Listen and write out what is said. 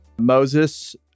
Moses